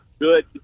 good